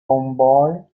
homeboy